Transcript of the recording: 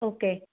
okay